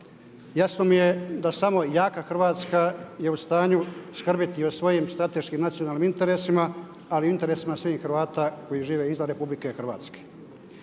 jasno mi je da samo jaka Hrvatska je u stanju skrbiti u svojim strateškim nacionalnim interesima ali i interesima svih Hrvata koji žive izvan RH. Stoga ću se